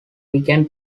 began